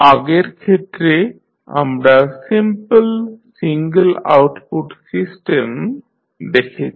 আগের ক্ষেত্রে আমরা সিম্পল সিঙ্গল আউটপুট সিস্টেম দেখেছি